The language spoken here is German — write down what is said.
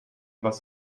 was